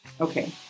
Okay